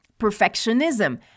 Perfectionism